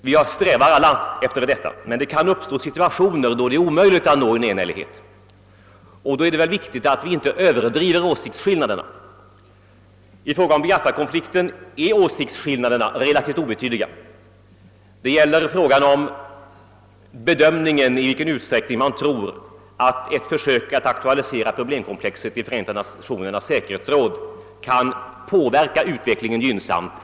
Vi strävar efter detta, men det kan uppstå situationer då det är omöjligt att uppnå enhällighet. I sådana fall är det viktigt att vi inte överdriver åsiktsskillnaderna. I. fråga om' Biafrakonflikten är åsiktsskillnaderna relativt obetydliga; de gäller frågan om i. vilken utsträckning man tror att ett försök att aktualisera problemkomplexet i FN:s säkerhetsråd är. möjligt och kan påverka utvecklingen gynnsamt.